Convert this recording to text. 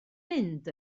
mynd